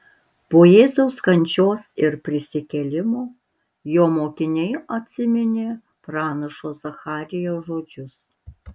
po jėzaus kančios ir prisikėlimo jo mokiniai atsiminė pranašo zacharijo žodžius